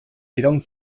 iraun